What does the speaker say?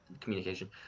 communication